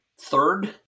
Third